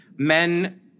Men